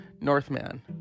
Northman